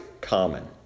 common